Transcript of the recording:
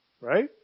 Right